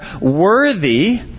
worthy